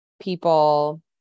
people